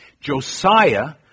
Josiah